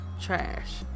trash